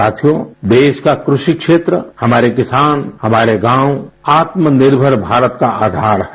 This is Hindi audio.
साथियो देश का क्रेषि क्षेत्र हमारे किसान हमारे गाँव आत्मनिर्मर भारत का आधार है